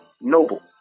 Noble